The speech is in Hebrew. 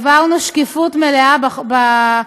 העברנו שקיפות מלאה בחוק,